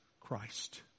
Christ